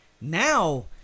Now